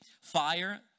fire